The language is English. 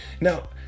Now